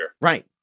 Right